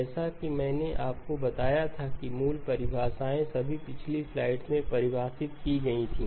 जैसा कि मैंने आपको बताया था कि मूल परिभाषाएँ सभी पिछली स्लाइड्स में परिभाषित की गई थीं